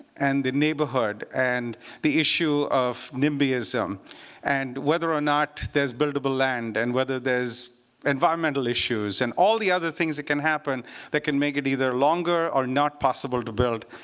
and the neighborhood, and the issue of nimbyism and whether or not there's buildable land, and whether there's environmental issues, and all the other things that can happen that can make it either longer or not possible to build.